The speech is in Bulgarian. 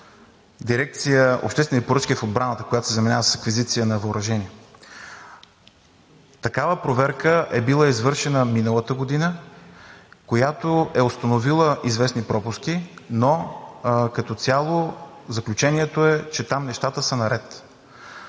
Дирекция „Обществени поръчки в отбраната“, която се занимава с аквизиция на въоръжение, такава проверка е била извършена миналата година, която е установила известни пропуски, но като цяло заключението е, че там нещата са наред.